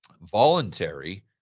voluntary